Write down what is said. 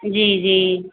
जी जी